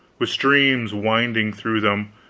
with streams winding through them,